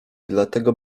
dlatego